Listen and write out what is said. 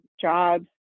jobs